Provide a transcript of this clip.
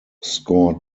scored